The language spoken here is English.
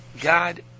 God